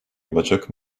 olacak